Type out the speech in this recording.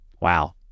wow